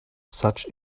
such